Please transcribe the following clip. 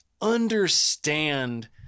understand –